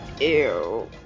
ew